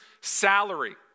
salary